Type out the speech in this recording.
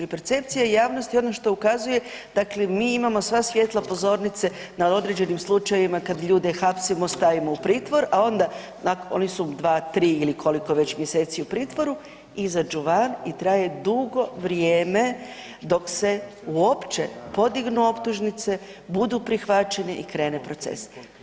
I percepcija javnosti ono što ukazuje dakle mi imamo sva svjetla pozornice na određenim slučajevima kada ljude hapsimo stavimo u pritvor, a onda oni u dva, tri ili koliko već mjeseci u pritvoru, izađu van i traje dugo vrijeme dok se uopće podignu optužnice, budu prihvaćeni i krene proces.